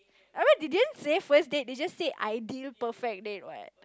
I mean they didn't say first date they just say ideal perfect date what